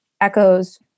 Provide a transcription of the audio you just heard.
echoes